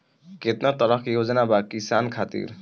केतना तरह के योजना बा किसान खातिर?